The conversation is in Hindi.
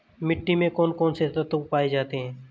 मिट्टी में कौन कौन से तत्व पाए जाते हैं?